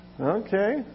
Okay